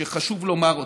שחשוב לומר אותו.